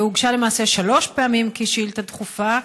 והוגשה למעשה שלוש פעמים כשאילתה דחופה,